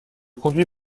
conduis